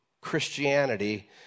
Christianity